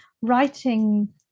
writing